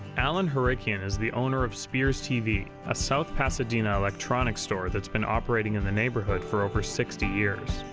alen harikian is the owner of speers tv, a south-pasadena electronics store that's been operating in the neighborhood for over sixty years.